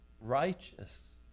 Righteous